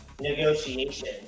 negotiation